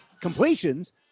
completions